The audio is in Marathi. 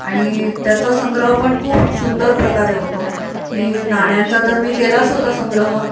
आणि त्याचा संग्रह पण खूप सुंदर प्रकारे होतो आणि नाण्याचा तर मी केलाच होता संग्रह